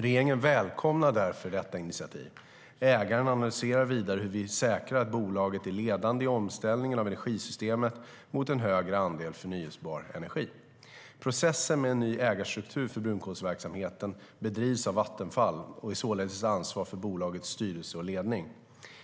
Regeringen välkomnar därför detta initiativ. Ägaren analyserar vidare hur vi säkrar att bolaget är ledande i omställningen av energisystemet mot en högre andel förnybar energi. Processen med en ny ägarstruktur för brunkolsverksamheten bedrivs av Vattenfall och är således ett ansvar för bolagets styrelse och ledning.